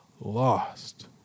Lost